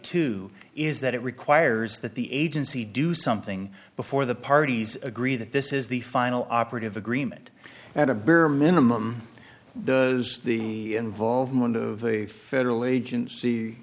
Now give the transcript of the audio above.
to is that it requires that the agency do something before the parties agree that this is the final operative agreement and a bare minimum does the involvement of a federal agency